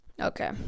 Okay